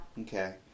Okay